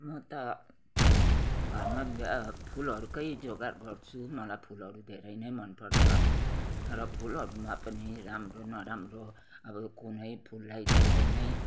म त घरमा फुलहरूकै जोगाड गर्छु मलाई फुलहरू धेरै नै मन पर्छ तर फुलहरूमा पनि राम्रो नराम्रो अब कुनै फुललाई धेरै नै